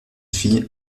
fille